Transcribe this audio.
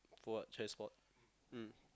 for what chest spot mm